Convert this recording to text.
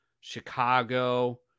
Chicago